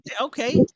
okay